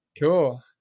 Cool